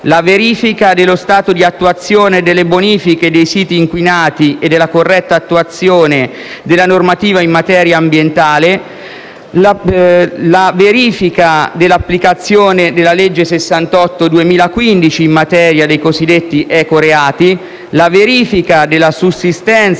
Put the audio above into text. la verifica dello stato di attuazione delle bonifiche dei siti inquinati e della corretta attuazione della normativa in materia ambientale, la verifica dell'applicazione della legge n. 68 del 2015 in materia dei cosiddetti ecoreati, la verifica della sussistenza